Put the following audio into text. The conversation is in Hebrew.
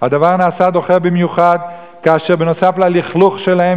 הדבר נעשה דוחה במיוחד כאשר בנוסף ללכלוך שלהם